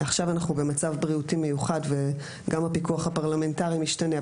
עכשיו אנחנו במצב בריאותי מיוחד וגם הפיקוח הפרלמנטרי משתנה,